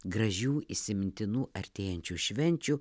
gražių įsimintinų artėjančių švenčių